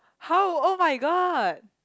how oh-my-god